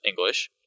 English